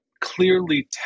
clearly